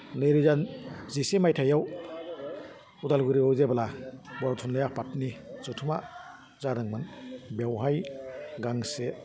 नैरोजा जिसे मायथाइयाव अदालगुरिआव जेब्ला बर' थुनलाइ आफादनि जुथुमा जादोंमोन बेवहाय गांसे